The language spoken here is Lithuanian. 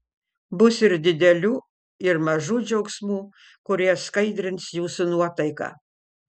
bus ir didelių ir mažų džiaugsmų kurie skaidrins jūsų nuotaiką